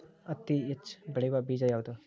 ಹತ್ತಿ ಹೆಚ್ಚ ಬೆಳೆಯುವ ಬೇಜ ಯಾವುದು?